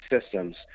systems